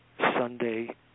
Sunday